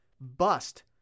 Bust